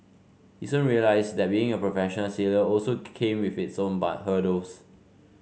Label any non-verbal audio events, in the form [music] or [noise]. he soon realised that being a professional sailor also came with its own [unintelligible] hurdles